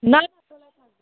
না না